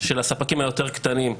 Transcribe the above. של הספקים היותר קטנים.